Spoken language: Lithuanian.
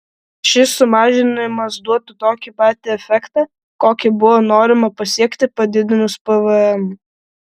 šis sumažinimas duotų tokį patį efektą kokį buvo norima pasiekti padidinus pvm